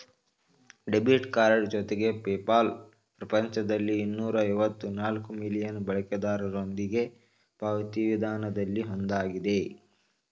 debit card ಜೊತೆಗೆ PayPal ಪ್ರಪಂಚದಲ್ಲಿ ಇನ್ನೂರ ಐವತ್ತ ನಾಲ್ಕ್ ಮಿಲಿಯನ್ ಬಳಕೆದಾರರೊಂದಿಗೆ ಪಾವತಿ ವಿಧಾನದಲ್ಲಿ ಒಂದಾಗಿದೆ